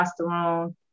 testosterone